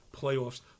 playoffs